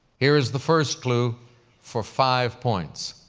here is the first clue for five points.